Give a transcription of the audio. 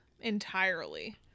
entirely